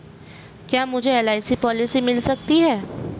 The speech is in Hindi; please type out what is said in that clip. क्या मुझे एल.आई.सी पॉलिसी मिल सकती है?